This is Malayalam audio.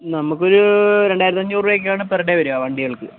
നമുക്കൊരു രണ്ടായിരത്തി അഞ്ഞൂറ് രൂപയ്ക്കാണ് പെർ ഡേ വരിക വണ്ടികൾക്ക്